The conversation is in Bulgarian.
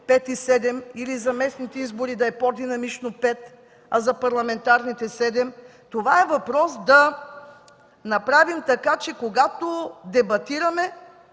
5 и 7, или за местните избори да е по-динамично – 5, а за парламентарните – 7. Това е въпрос да направим така, че когато дебатираме,